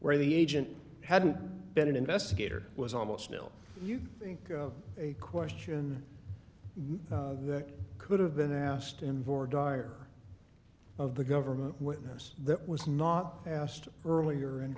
where the agent hadn't been an investigator was almost nil you think a question that could have been asked and border of the government witness that was not asked earlier and